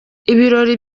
ibirori